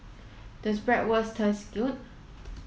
does Bratwurst taste good